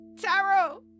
Taro